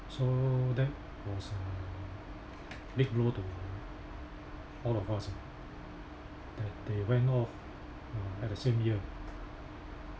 so that was a big blow to all of us ah that they went off at the same year